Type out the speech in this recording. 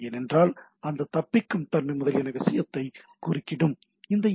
ஏனென்றால் அந்த தப்பிக்கும் தன்மை முதலியன விஷயத்தை குறுக்கிடக்கூடும்